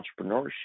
entrepreneurship